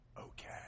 okay